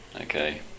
Okay